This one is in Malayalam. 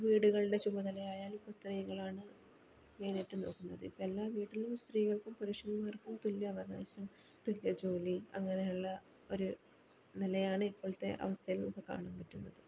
വീടുകളുടെ ചുമതലയായാൽ ഇപ്പോൾ സ്ത്രീകളാണ് മെയിനായിട്ട് നോക്കുന്നത് ഇപ്പം എല്ലാ വീട്ടിലും സ്ത്രീകൾക്കും പുരുഷന്മാർക്കും തുല്യ അവകാശം തുല്യ ജോലി അങ്ങനെയുള്ള ഒരു നിലയാണ് ഇപ്പോഴത്തെ അവസ്ഥയിൽ നിന്നൊക്കെ കാണാൻ പറ്റുന്നത്